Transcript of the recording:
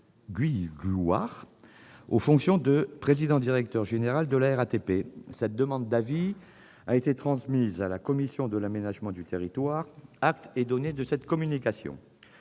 Guillouard aux fonctions de président-directeur général de la RATP. Cette demande d'avis a été transmise à la commission de l'aménagement du territoire. Acte est donné de cette communication.